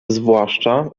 zwłaszcza